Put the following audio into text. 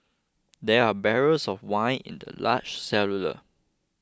there were barrels of wine in the large cellar